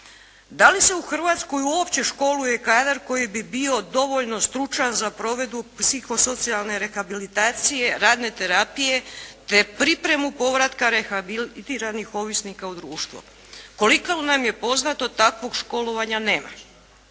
Da li se u Hrvatskoj uopće školuje kadar koji bi bio dovoljno stručan za provedbu psihosocijalne rehabilitacije, radne terapije te pripremu povratka rehabilitiranih ovisnika u društvo. Koliko nam je poznato takvog školovanja nema.